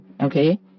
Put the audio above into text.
Okay